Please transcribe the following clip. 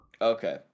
Okay